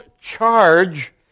charge